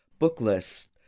Booklist